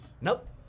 Nope